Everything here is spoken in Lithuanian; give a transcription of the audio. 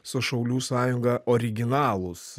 su šaulių sąjunga originalūs